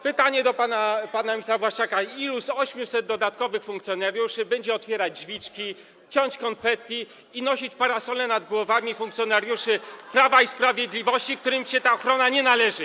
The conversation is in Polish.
Pytanie do pana ministra Błaszczaka: Ilu z 800 dodatkowych funkcjonariuszy będzie otwierać drzwiczki, ciąć konfetti i nosić parasole nad głowami funkcjonariuszy Prawa i Sprawiedliwości, którym się ta ochrona nie należy?